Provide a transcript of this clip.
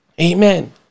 Amen